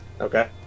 Okay